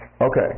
Okay